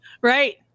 Right